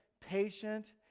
patient